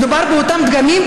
מדובר באותם דגמים,